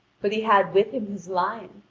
but he had with him his lion,